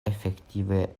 efektive